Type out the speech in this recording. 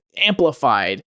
amplified